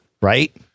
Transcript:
Right